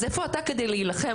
אז איפה אתה כדי להילחם?